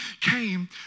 came